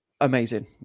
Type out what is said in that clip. amazing